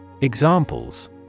Examples